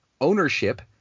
ownership